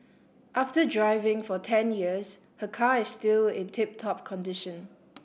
after driving for ten years her car is still in tip top condition